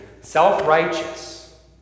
self-righteous